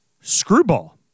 Screwball